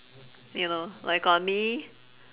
you know like on me